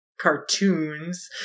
cartoons